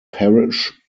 parish